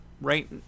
right